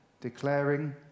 declaring